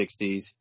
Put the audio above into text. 60s